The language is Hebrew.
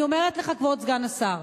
כבוד סגן השר,